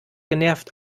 genervt